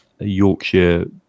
Yorkshire